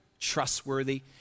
trustworthy